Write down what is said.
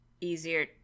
easier